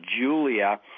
Julia